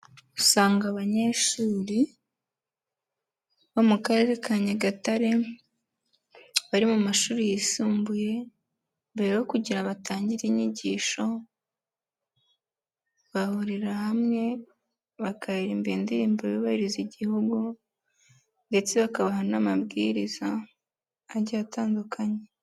Usanga abanyeshuri bo mu Karere ka Nyagatare, bari mu mashuri yisumbuye, mbere yo kugira batangire inyigisho, bahurira hamwe bakaririmba indirimbo yubahiriza igihugu ndetse bakabaha n'amabwiriza agiye atandukanye.